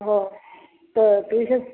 हो त तेजस